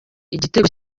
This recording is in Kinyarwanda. igitego